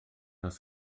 nos